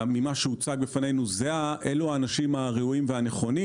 ממה שהוצג בפנינו, אלה האנשים הראויים והנכונים.